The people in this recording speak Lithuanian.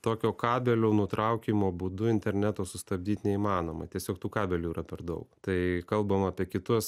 tokio kabelio nutraukimo būdu interneto sustabdyt neįmanoma tiesiog tų kabelių yra per daug tai kalbam apie kitus